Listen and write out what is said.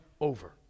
over